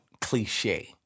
cliche